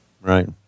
Right